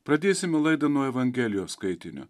pradėsime laidą nuo evangelijos skaitinio